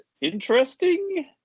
interesting